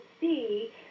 see